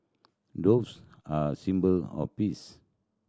doves are a symbol of peace